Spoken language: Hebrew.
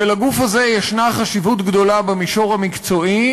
ולגוף הזה יש חשיבות גדולה במישור המקצועי,